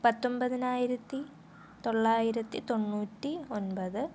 പത്തൊമ്പതിനായിരത്തി തൊള്ളായിരത്തി തൊണ്ണൂറ്റി ഒൻപത്